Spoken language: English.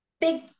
big